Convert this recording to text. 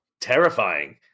Terrifying